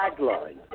tagline